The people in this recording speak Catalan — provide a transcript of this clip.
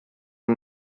amb